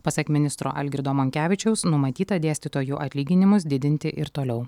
pasak ministro algirdo monkevičiaus numatyta dėstytojų atlyginimus didinti ir toliau